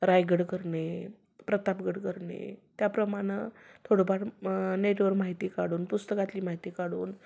रायगड करणे प्रतापगड करणे त्याप्रमाणं थोडंफार मग नेटवर माहिती काढून पुस्तकातली माहिती काढून